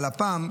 אבל הפעם,